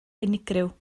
unigryw